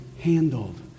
handled